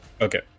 okay